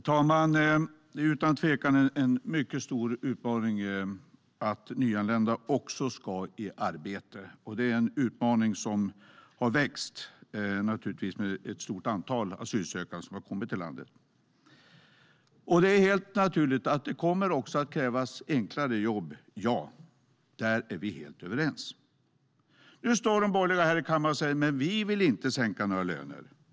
Herr talman! Det är utan tvekan en mycket stor utmaning att nyanlända också ska i arbete. Det är en utmaning som naturligtvis har växt med det stora antalet asylsökande som har kommit till landet. Det är helt naturligt att det kommer att krävas enklare jobb, ja. Där är vi helt överens. Nu står de borgerliga här i kammaren och säger: Men vi vill inte sänka några löner.